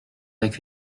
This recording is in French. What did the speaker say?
avec